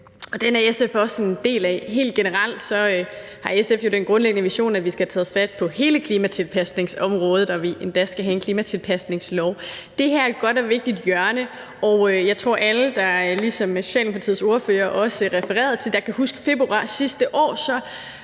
den er SF også en del af. Helt generelt har SF jo den grundlæggende vision, at vi skal have taget fat på hele klimatilpasningsområdet, og at vi endda skal have en klimatilpasningslov. Det her er et godt og vigtigt hjørne, og jeg tror, at alle, der kan huske februar sidste år, som Socialdemokratiets ordfører også refererede til, vil sige, at det var en